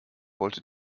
wollte